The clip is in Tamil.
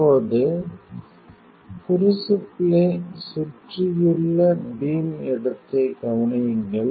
இப்போது கிருசிப்பிலே சுற்றியுள்ள பீம் இடத்தைக் கவனியுங்கள்